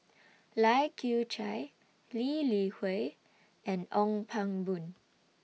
Lai Kew Chai Lee Li Hui and Ong Pang Boon